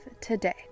today